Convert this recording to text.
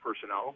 personnel